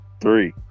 Three